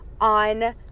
on